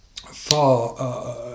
far